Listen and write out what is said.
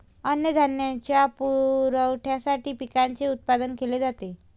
अन्नधान्याच्या पुरवठ्यासाठी पिकांचे उत्पादन केले जाते